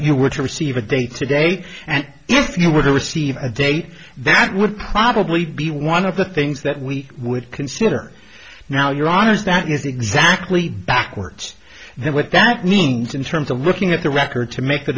you were to receive a date today and yes you were to receive a date that would probably be one of the things that we would consider now your honour's that is exactly backwards what that means in terms of looking at the record to make the